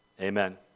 Amen